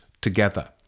together